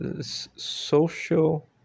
Social